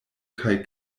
kaj